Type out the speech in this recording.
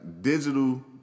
digital